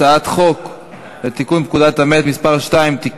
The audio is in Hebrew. הצעת חוק לתיקון פקודת המלט (מס' 2) (תיקון),